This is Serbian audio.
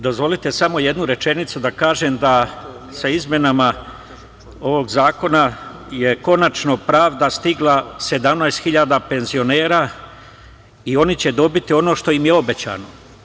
Dozvolite samo jednu rečenicu da kažem da sa izmenama ovog zakona je konačno pravda stigla 17.000 penzionera i oni će dobiti ono što im je obećano.